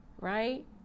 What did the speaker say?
right